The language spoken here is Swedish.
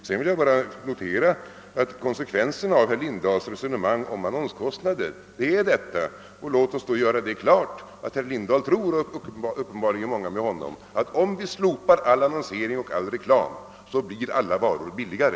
Sedan vill jag endast notera att konsekvensen av herr Lindahls resonemang om annonskostnader är denna: herr Lindahl tror — och uppenbarligen många med honom — att om vi slopar all annonsering och all reklam, blir alla varor billigare.